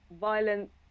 violence